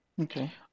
Okay